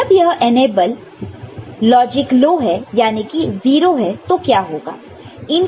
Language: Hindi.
तो जब यह इनेबल लॉजिक लो है याने की 0 है तो क्या होगा